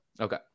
okay